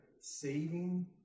saving